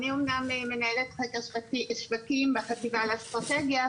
אני אומנם מנהלת חקר שווקים והחטיבה לאסטרטגיה,